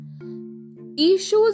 issues